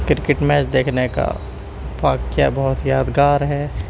cricket match دیکھنے کا واقعہ بہت یادگار ہے